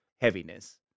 heaviness